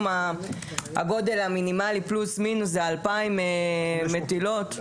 הגודל המינימלי פלוס-מינוס הוא 2,000 מטילות.